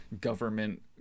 Government